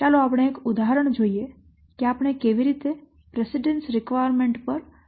ચાલો આપણે એક ઉદાહરણ જોઈએ કે આપણે કેવી રીતે પ્રીસિડેન્સ રિક્વાયરમેન્ટ પર ફરીથી વિચાર કરી શકીએ